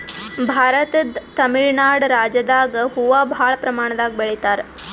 ಭಾರತದ್ ತಮಿಳ್ ನಾಡ್ ರಾಜ್ಯದಾಗ್ ಹೂವಾ ಭಾಳ್ ಪ್ರಮಾಣದಾಗ್ ಬೆಳಿತಾರ್